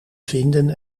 vinden